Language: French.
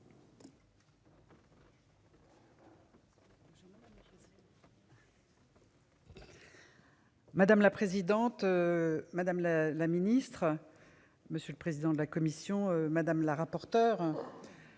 Madame la présidente. Madame la la ministre. Monsieur le président de la commission, madame la rapporteure.